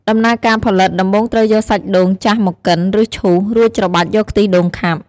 ដំណើរការផលិត ដំបូងត្រូវយកសាច់ដូងចាស់មកកិន ឬឈូស រួចច្របាច់យកខ្ទិះដូងខាប់។